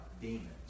demons